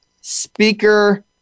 Speaker